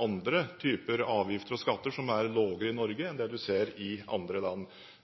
andre typer avgifter og skatter som er lavere i Norge enn det man ser i andre land.